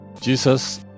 Jesus